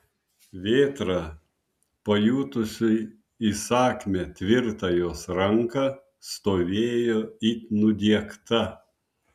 vėtra pajutusi įsakmią tvirtą jos ranką stovėjo it nudiegta